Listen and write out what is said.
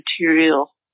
material